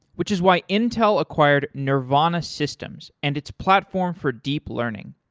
which is why intel acquired nervana systems and its platform for deep learning.